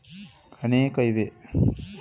ಬೇಜಗಳಲ್ಲಿ ಎಷ್ಟು ವರ್ಗಗಳಿವೆ?